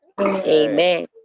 Amen